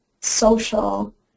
social